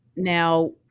Now